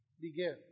begin